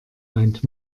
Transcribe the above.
meint